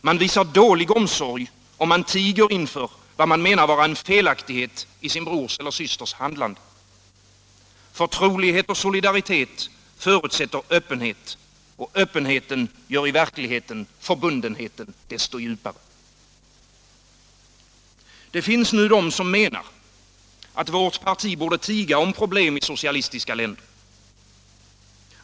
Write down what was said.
Man visar dålig omsorg om man tiger inför vad man menar vara en felaktighet i sin brors eller systers handlande. Förtrolighet och solidaritet förutsätter öppenhet. Öppenheten gör i verkligheten förbundenheten ännu djupare. Det finns nu de som menar att vårt parti borde tiga om problem i socialistiska länder.